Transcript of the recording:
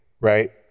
right